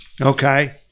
okay